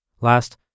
Last